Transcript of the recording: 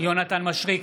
יונתן מישרקי,